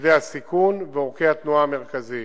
מוקדי הסיכון ועורקי התנועה המרכזיים.